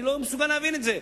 אני לא מסוגל להבין את זה.